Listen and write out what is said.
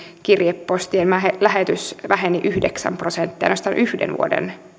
kirjepostien lähetys väheni yhdeksän prosenttia ainoastaan yhden vuoden